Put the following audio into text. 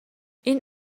این